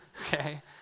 Okay